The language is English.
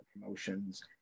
promotions